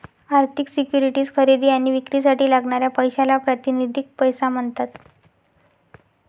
आर्थिक सिक्युरिटीज खरेदी आणि विक्रीसाठी लागणाऱ्या पैशाला प्रातिनिधिक पैसा म्हणतात